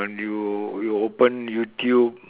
you you open YouTube